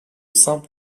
saint